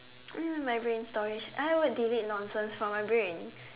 what do you mean my brain storage I would delete nonsense from my brain